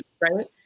right